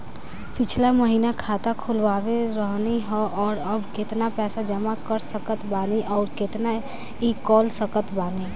पिछला महीना खाता खोलवैले रहनी ह और अब केतना पैसा जमा कर सकत बानी आउर केतना इ कॉलसकत बानी?